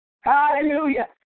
Hallelujah